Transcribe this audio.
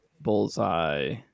Bullseye